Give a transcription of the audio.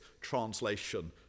translation